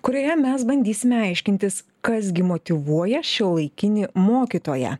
kurioje mes bandysime aiškintis kas gi motyvuoja šiuolaikinį mokytoją